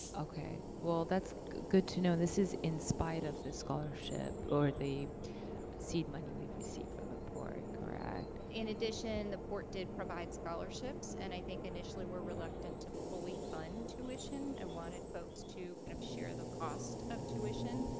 okay, well that's good good to know. this is in spite of the scholarship, or the seed money we've received from the port, correct? in addition, the port did provide scholarships, and i think initially were reluctant to fully fund tuition, and wanted folks to kind of share the cost of tuition.